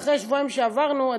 אחרי השבועיים שעברנו,